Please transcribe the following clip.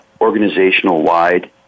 organizational-wide